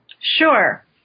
Sure